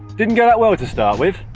didn't go that well to start with.